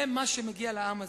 זה מה שמגיע לעם הזה.